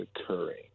occurring